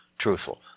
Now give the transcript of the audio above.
truthful